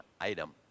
item